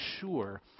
sure